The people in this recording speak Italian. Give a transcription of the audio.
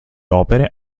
opere